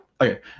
Okay